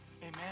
Amen